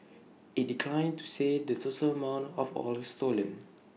IT declined to say the total amount of oil stolen